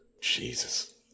Jesus